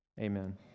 Amen